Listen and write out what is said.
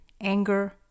anger